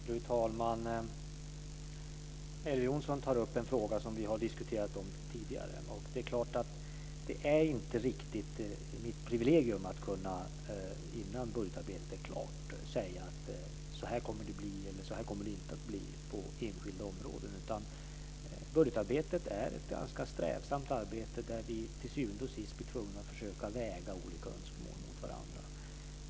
Fru talman! Elver Jonsson tar upp en fråga som vi har diskuterat tidigare. Det är klart att det inte är riktigt mitt privilegium att innan budgetarbetet är klart kunna säga att så här kommer det att bli eller så här kommer det inte att bli på enskilda områden. Budgetarbetet är ett ganska strävsamt arbete, där vi till syvende och sist blir tvungna att försöka väga olika önskemål mot varandra.